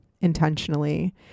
intentionally